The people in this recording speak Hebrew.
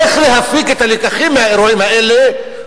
איך להפיק את הלקחים מהאירועים האלה,